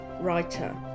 Writer